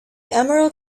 emerald